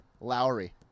Lowry